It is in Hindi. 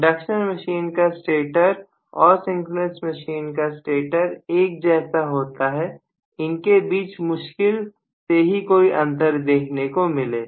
इंडक्शन मशीन का स्टेटर और सिंक्रोनस मशीन का स्टेटर एक इनके बीच मुश्किल से ही कोई अंतर देखने को मिले